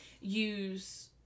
use